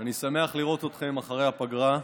אני שמח לראות אתכם אחרי הפגרה.